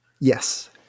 Yes